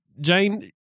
Jane